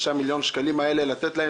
6 מיליון שקלים האלה לתת להם.